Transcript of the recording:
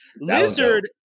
Lizard